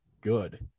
good